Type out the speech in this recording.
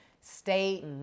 state